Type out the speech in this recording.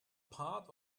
part